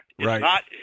Right